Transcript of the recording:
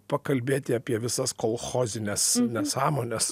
pakalbėti apie visas kolchozines nesąmones